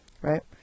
right